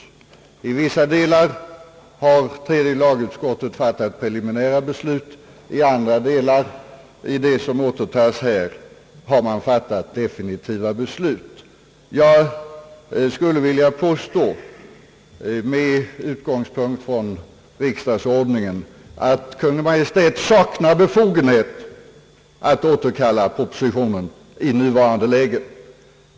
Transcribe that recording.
I vissa delar har tredje lagutskottet fattat preliminära beslut, i andra delar — bl.a. vissa, som återtas här -— har man fattat definitiva beslut. Jag skulle vilja påstå med utgångspunkt från riksdagsordningen att Kungl. Maj:t saknar befogenhet att återkalla propositionen i nuvarande läge.